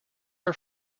are